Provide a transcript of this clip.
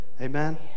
Amen